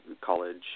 college